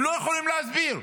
הם לא יכולים להסביר.